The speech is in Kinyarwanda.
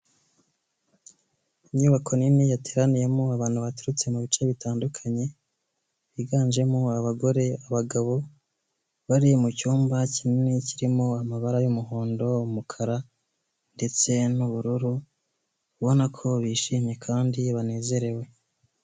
Inyubako nini yateraniyemo abantu baturutse mu bice bitandukanye, biganjemo abagore, abagabo, bari mu cyumba kinini kirimo amabara y'umuhondo, umukara ndetse n'ubururu, ubona ko bishimye kandi banezerewe.